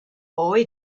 boy